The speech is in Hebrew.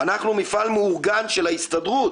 אנחנו מפעל מאורגן של ההסתדרות.